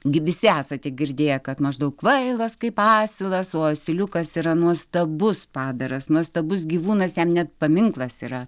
gi visi esate girdėję kad maždaug kvailas kaip asilas o asiliukas yra nuostabus padaras nuostabus gyvūnas jam net paminklas yra